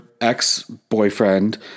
ex-boyfriend